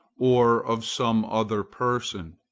or of some other person.